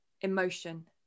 emotion